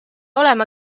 olema